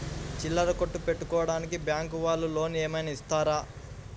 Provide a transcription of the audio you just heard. చిల్లర కొట్టు పెట్టుకోడానికి బ్యాంకు వాళ్ళు లోన్ ఏమైనా ఇస్తారా?